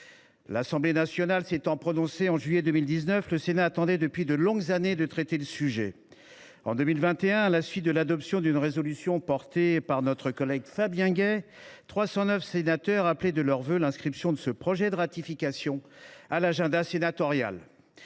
L’Assemblée nationale s’étant prononcée en juillet 2019, le Sénat attendait depuis de longues années de pouvoir traiter le sujet. En 2021, à la suite de l’adoption d’une résolution déposée par notre collègue Fabien Gay, 309 sénateurs appelaient de leurs vœux l’inscription de ce projet de ratification à l’agenda sénatorial.